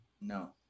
no